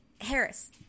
Harris